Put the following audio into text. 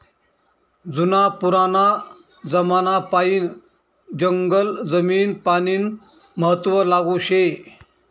जुना पुराना जमानापायीन जंगल जमीन पानीनं महत्व लागू शे